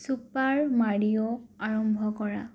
super Mario আৰম্ভ কৰা